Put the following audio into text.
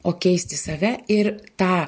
o keisti save ir tą